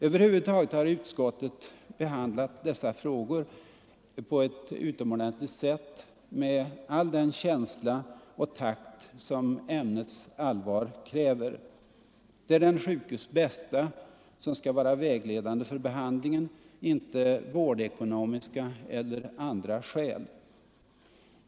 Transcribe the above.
Över huvud taget har utskottet behandlat dessa frågor med all den känsla och takt som ämnets allvar kräver. Det är den sjukes bästa som skall vara vägledande för behandlingen, inte vårdekonomiska eller andra hänsyn.